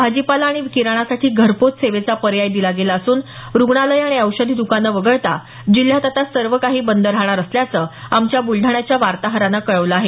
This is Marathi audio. भाजीपाला आणि किराणासाठी घरपोहोच सेवेचा पर्याय दिला गेला असून रुग्णालयं आणि औषधी द्कानं वगळता जिल्ह्यात आता सर्व काही बंद राहणार असल्याचं आमच्या बुलडाण्याच्या वार्ताहरानं कळवलं आहे